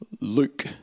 Luke